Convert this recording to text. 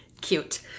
Cute